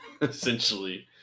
essentially